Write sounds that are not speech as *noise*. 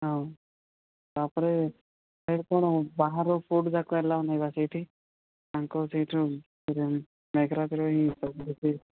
ହଁ ତା'ପରେ ସେଇଠି କ'ଣ ବାହାର ଫୁଡ଼୍ ଯାକ ଏଲାଉ ନାହିଁ ବା ସେଇଠି ତାଙ୍କ ସେଇଠୁ ହିଁ *unintelligible* ମେଘରାଜରେ ହିଁ ସବୁ କିଛି